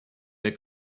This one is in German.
der